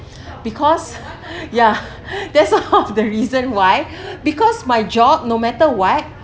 because ya that's the half the reason why because my job no matter what